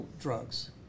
drugs